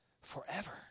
forever